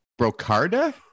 Brocarda